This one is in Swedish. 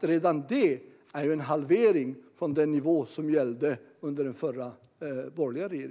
Redan det är en halvering från den nivå som gällde under den förra borgerliga regeringen.